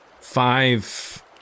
Five